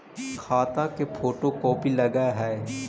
खाता के photo copy लगहै?